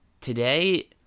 today